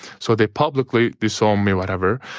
so they publicly disowned me, whatever.